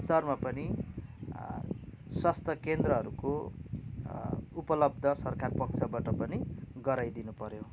स्तरमा पनि स्वास्थ्य केन्द्रहरूको उपलब्ध सरकार पक्षबट पनि गराइदिनु पऱ्यो